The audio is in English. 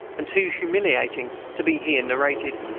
and too humiliating, to be here narrated.